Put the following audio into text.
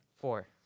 Four